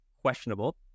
Questionable